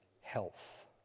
health